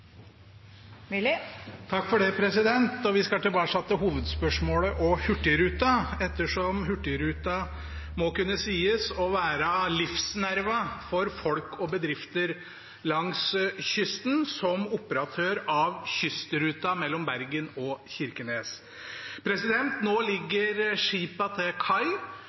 Vi skal tilbake til hovedspørsmålet og til Hurtigruten, ettersom Hurtigruten må kunne sies å være livsnerven for folk og bedrifter langs kysten, som operatør av kystruten mellom Bergen og Kirkenes. Nå ligger skipene til